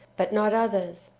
but not othersa